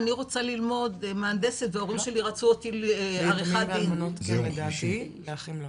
ליתומים ואלמנות כן לדעתי, לאחים לו.